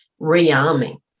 rearming